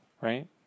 right